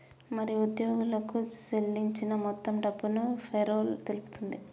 మరి ఉద్యోగులకు సేల్లించిన మొత్తం డబ్బును పేరోల్ తెలుపుతుంది